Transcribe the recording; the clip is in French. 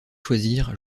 choisir